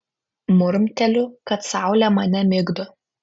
murmteliu kad saulė mane migdo